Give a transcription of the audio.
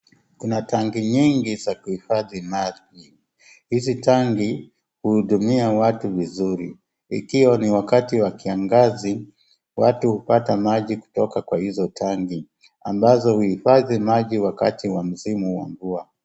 Kuna tangi nyingi za kuhufadhi maji. Hizi tangi, huhudumia watu vizuri, ikiwa ni wakati wa kiangazi, watu hupata maji kutoka kwa hizo tangi ambazo huhifadhi maji wakati wa msimu wa mvua.